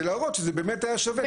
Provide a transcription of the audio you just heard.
כדי להראות שזה באמת היה שווה.